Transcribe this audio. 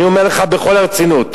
אני אומר לך בכל הרצינות.